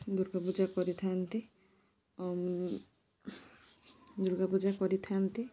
ଦୁର୍ଗାପୂଜା କରିଥାନ୍ତି ଅ ଦୁର୍ଗାପୂଜା କରିଥାନ୍ତି